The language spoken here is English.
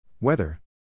Weather